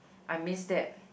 I miss that